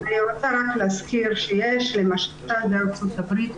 אני רוצה להזכיר שבארצות הברית למשל,